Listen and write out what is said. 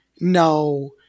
No